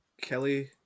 Kelly